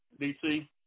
DC